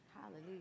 hallelujah